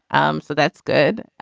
um so that's good.